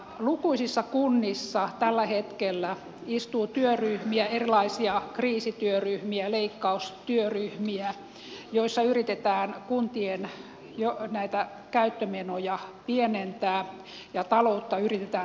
lukuisissa kunnissa tällä hetkellä istuu työryhmiä erilaisia kriisityöryhmiä leikkaustyöryhmiä joissa yritetään kuntien käyttömenoja pienentää ja taloutta tasapainottaa